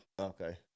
okay